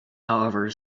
however